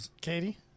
Katie